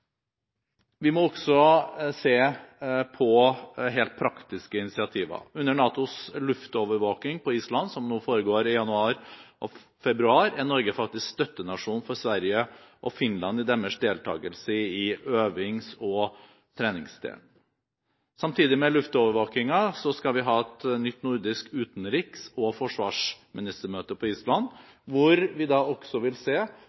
Vi må også se på helt praktiske initiativ. Under NATOs luftovervåking på Island, som nå foregår i januar og februar, er Norge faktisk støttenasjon for Sverige og Finland i deres deltakelse i øvings- og treningsdelen. Samtidig med luftovervåkingen skal vi ha et nytt nordisk utenriks- og forsvarsministermøte på Island, hvor vi også vil se